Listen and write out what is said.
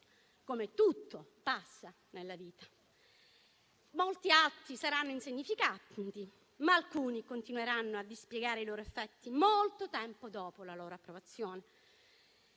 come tutto passa nella vita. Molti atti saranno insignificanti, ma alcuni continueranno a dispiegare i loro effetti molto tempo dopo la loro approvazione.